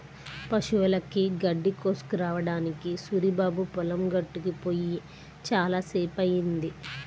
పశువులకి గడ్డి కోసుకురావడానికి సూరిబాబు పొలం గట్టుకి పొయ్యి చాలా సేపయ్యింది